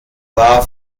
war